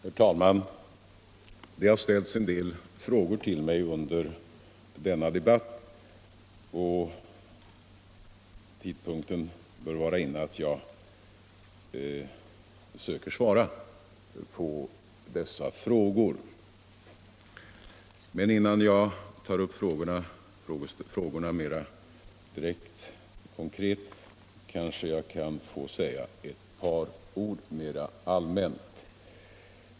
Herr talman! Det har ställts en del frågor till mig under denna debatt, och tidpunkten bör vara inne för mig att försöka svara på dessa frågor. Men innan jag tar upp frågorna mera direkt kanske jag får säga ett par ord mer allmänt.